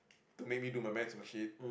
to make me do my math's worksheet